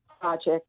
Project